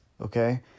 okay